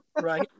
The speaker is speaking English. right